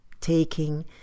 taking